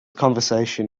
conversation